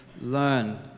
learn